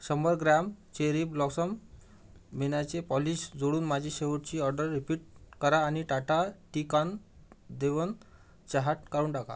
शंभर gram Cherry Blossom मेणाचे polish जोडून माझी शेवटची ऑर्डर रिपीट करा आणि टाटा टी कानन देवन चहा काढून टाका